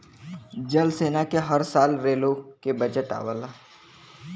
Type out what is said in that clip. जल सेना क हर साल रेलो के बजट आवला